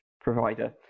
provider